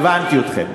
הבנתי אתכם.